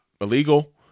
illegal